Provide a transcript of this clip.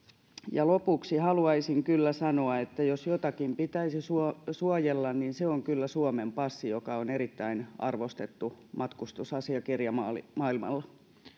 lopuksi haluaisin kyllä sanoa että jos jotakin pitäisi suojella suojella niin se on kyllä suomen passi joka on erittäin arvostettu matkustusasiakirja maailmalla